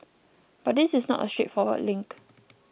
but this is not a straightforward link